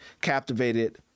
captivated